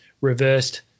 reversed